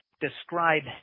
Describe